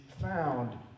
found